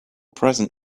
present